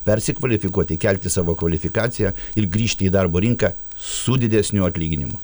persikvalifikuoti kelti savo kvalifikaciją ir grįžti į darbo rinką su didesniu atlyginimu